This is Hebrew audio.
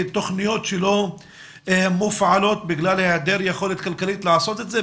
תוכניות שלא מופעלות בגלל היעדר יכולת כלכלית לעשות את זה,